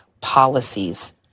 policies